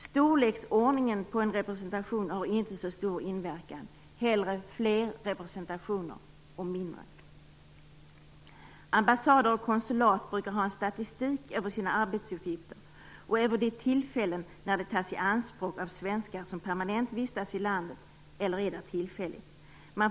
Storleken på en representation har inte så stor inverkan. Hellre fler representationer och mindre. Ambassader och konsulat brukar föra statistik över sina arbetsuppgifter och de tillfällen då de tas i anspråk av svenskar som permanent vistas i landet eller är där tillfälligt.